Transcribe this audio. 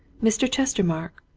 mr. chestermarke,